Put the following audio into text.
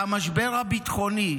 והמשבר הביטחוני,